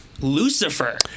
Lucifer